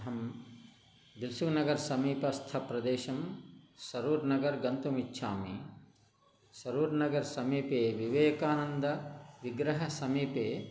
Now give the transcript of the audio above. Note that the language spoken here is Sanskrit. अहं दिसूनगरसमीपस्थ प्रदेशं सरूर्नगरं गन्तुम् इच्छामि सरूर्नगरसमीपे विवेकानन्दविग्रहसमीपे